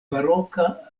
baroka